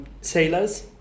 sailors